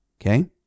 Okay